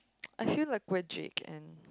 I feel like we're Jake and